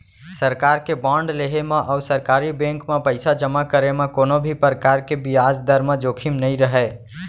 सरकार के बांड लेहे म अउ सरकारी बेंक म पइसा जमा करे म कोनों भी परकार के बियाज दर म जोखिम नइ रहय